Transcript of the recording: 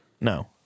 No